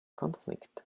conflict